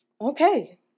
Okay